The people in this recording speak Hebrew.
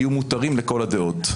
יהיו מותרים לכל הדעות.